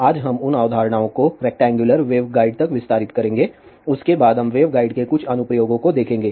आज हम उन अवधारणाओं को रेक्टैंगुलर वेवगाइड तक विस्तारित करेंगे उसके बाद हम वेवगाइड के कुछ अनुप्रयोगों को देखेंगे